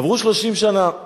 עברו 30 שנה,